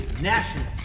National